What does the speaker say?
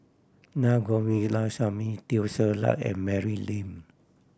Na Govindasamy Teo Ser Luck and Mary Lim